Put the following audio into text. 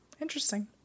Interesting